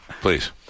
Please